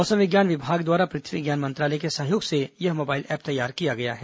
मौसम विज्ञान विभाग द्वारा पृथ्वी विज्ञान मंत्रालय के सहयोग से यह मोबाइल ऐप तैयार किया गया है